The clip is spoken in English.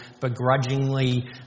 begrudgingly